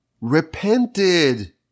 repented